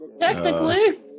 Technically